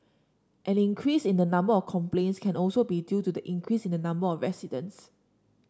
an increase in the number of complaints can also be due to the increase in the number of residents